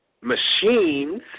machines